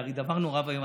הרי זה דבר נורא ואיום.